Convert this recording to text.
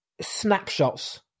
snapshots